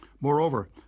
Moreover